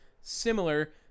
similar